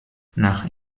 nach